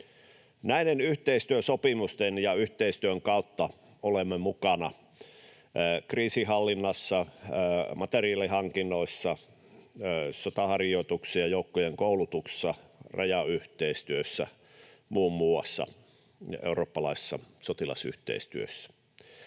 Näiden yhteistyösopimusten ja yhteistyön kautta olemme mukana muun muassa kriisinhallinnassa, materiaalihankinnoissa, sotaharjoituksissa, joukkojen koulutuksissa, rajayhteistyössä ja eurooppalaisessa sotilasyhteistyössä.